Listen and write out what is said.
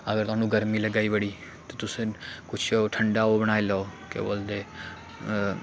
अगर थुहानूं गर्मी लग्गै दी बड़ी ते तुसें कुछ ठंडा ओह् बनाई लैओ केह् बोलदे